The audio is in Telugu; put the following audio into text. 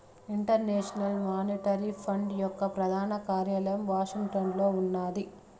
ఇంటర్నేషనల్ మానిటరీ ఫండ్ యొక్క ప్రధాన కార్యాలయం వాషింగ్టన్లో ఉన్నాది